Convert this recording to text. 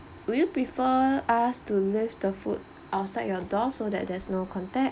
would you prefer us to leave the food outside your door so that there's no contact